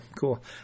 cool